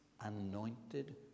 anointed